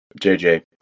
JJ